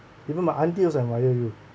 even my aunty also admire you